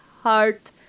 heart